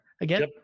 again